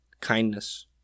kindness